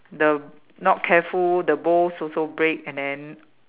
the not careful the bowls also break and then